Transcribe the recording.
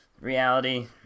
reality